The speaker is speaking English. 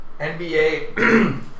NBA